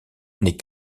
n’est